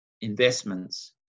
investments